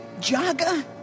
Jaga